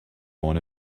born